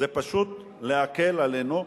זה פשוט להקל עלינו.